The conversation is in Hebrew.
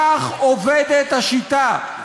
כך עובדת השיטה.